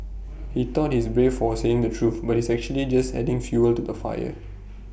he thought he's brave for saying the truth but he's actually just adding fuel to the fire